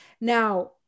Now